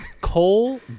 Cole